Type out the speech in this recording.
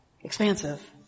expansive